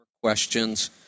questions